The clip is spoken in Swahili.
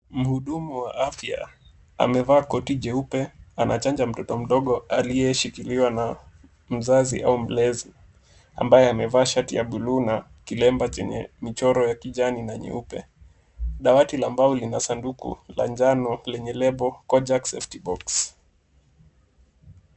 Mhudumu wa afya amevaa koti jeupe anachanja mtoto mdogo aliyeshikiliwa na mzazi au mlezi ambaye amevaa shati ya bluu na kilemba chenye michoro ya kijani na nyeupe. Dawati la mbao lina sanduku la njano lenye lebo Kojax Safety Box .